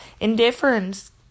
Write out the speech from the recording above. Indifference